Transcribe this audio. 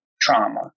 trauma